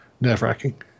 nerve-wracking